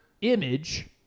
image